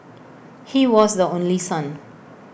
he was the only son